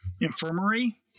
infirmary